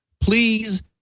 Please